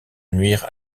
nuire